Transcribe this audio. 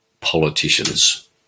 politicians